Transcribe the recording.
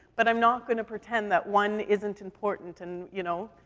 but i'm not gonna pretend that one isn't important, and, you know,